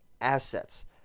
assets